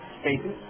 spaces